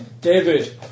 David